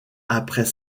après